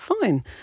fine